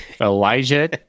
Elijah